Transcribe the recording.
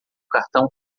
cartão